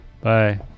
Bye